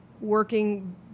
working